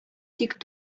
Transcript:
тик